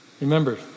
Remember